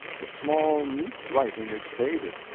the small, neat writing is faded,